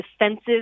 defensive